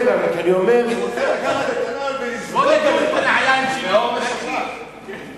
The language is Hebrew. חבר הכנסת טיבי נועל נעליים די יוקרתיות.